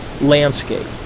landscape